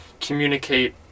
communicate